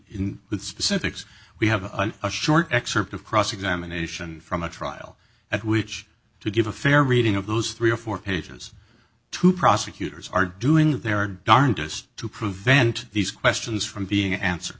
with specifics we have a short excerpt of cross examination from the trial at which to give a fair reading of those three or four pages two prosecutors are doing their darndest to prevent these questions from being answer